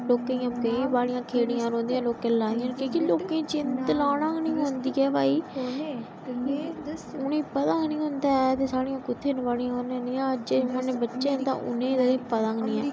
लोकें दियां केईं बाड़ियां खेड़ियां रौंह्दियां लोकें लाई दा नेईं लोकें गी लाना गै नी होंदी ऐ भाई उनें गी पता नी न होंदा ऐ साढ़ी कुत्थें न बाड़ियां उनें अज्जे दे जमाने दे बच्चें गी तां उनें गी पता गै नी